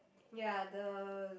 ya the